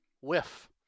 whiff